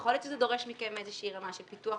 יכול להיות שזה דורש מכם איזושהי רמה של פיתוח,